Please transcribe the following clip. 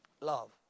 Love